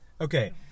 Okay